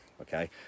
Okay